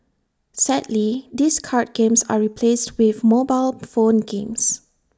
sadly these card games are replaced with mobile phone games